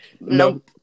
Nope